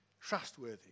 trustworthy